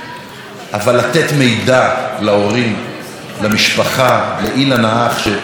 אבל לתת מידע להורים, למשפחה, לאילן האח, שמתזז,